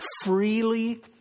freely